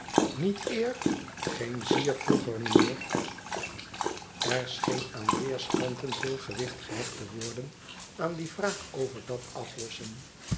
niet eer geen zier vroeger meneer er scheen aan weerskanten veel gewicht gehecht te worden aan die vraag over dat aflossen